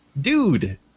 Dude